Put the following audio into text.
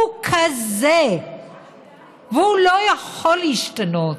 הוא כזה והוא לא יכול להשתנות.